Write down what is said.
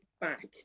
back